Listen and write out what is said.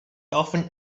often